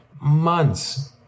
months